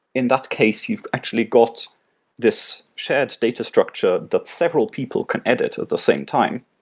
in that case you've actually got this shared data structure that several people can edit at the same time.